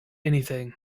anything